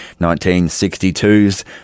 1962's